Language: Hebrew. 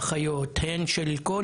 הן של אחיות,